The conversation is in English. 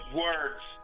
words